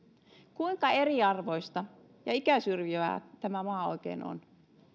kuinka eriarvoinen ja ikäsyrjivä tämä maa oikein on